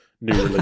new